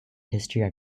history